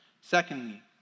Secondly